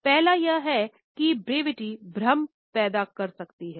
पहला यह है कि ब्रेविटी भ्रम पैदा कर सकती है